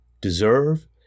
deserve